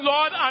Lord